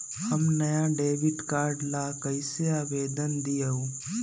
हम नया debit card ला कईसे आवेदन दिउ?